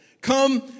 Come